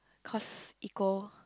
cause equal